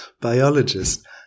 biologist